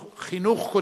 חינוך, חינוך.